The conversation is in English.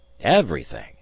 Everything